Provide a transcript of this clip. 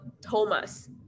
Thomas